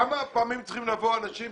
כמה פעמים צריכים לבוא אנשים